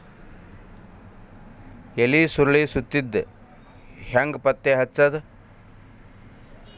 ಎಲಿ ಸುರಳಿ ಸುತ್ತಿದ್ ಹೆಂಗ್ ಪತ್ತೆ ಹಚ್ಚದ?